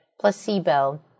placebo